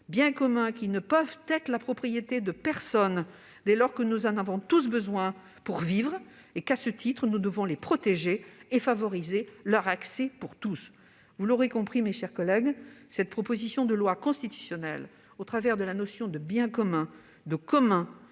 biens communs ne peuvent être la propriété de personne, dès lors que nous en avons tous besoin pour vivre. Nous devons, à ce titre, les protéger et favoriser leur accès pour tous. Vous l'aurez compris, mes chers collègues, cette proposition de loi constitutionnelle, au travers de la notion de « biens communs » et de « communs